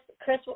Chris